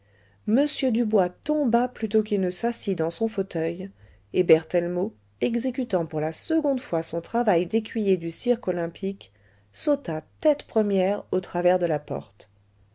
m dubois tomba plutôt qu'il ne s'assit dans son fauteuil et berthellemot exécutant pour la seconde fois son travail d'écuyer du cirque olympique sauta tête première au travers de la porte